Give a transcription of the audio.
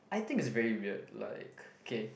I think is very weird like K